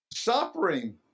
Suffering